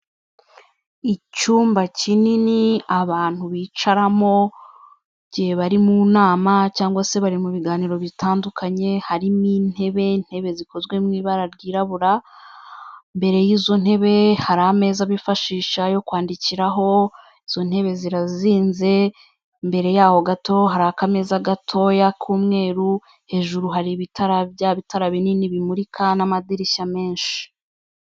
Icyumba kinini abantu bicaramo igihe bari mu nama cyangwa se bari mu biganiro bitandukanye. Harimo intebe. Intebe zikozwe mu ibara ryirabura. Imbere y'izo ntebe hari ameza bifashisha yo kwandikiraho. Izo ntebe zirazinze. Imbere yaho gato hari akameza gatoya k'umweru. Hejuru hari ibitara bya bitara binini bimurika n'amadirishya menshi.